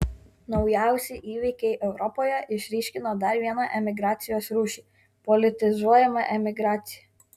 naujausi įvykiai europoje išryškino dar vieną emigracijos rūšį politizuojamą emigraciją